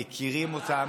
אתם מכירים אותם,